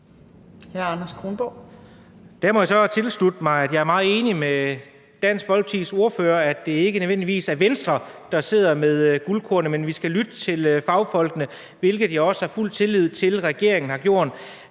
(S): Jeg vil gerne tilslutte mig og sige, at jeg er meget enig med Dansk Folkepartis ordfører i, at det ikke nødvendigvis er Venstre, der kommer med guldkornene, og at vi skal lytte til fagfolkene. Det har jeg også fuld tillid til regeringen har gjort.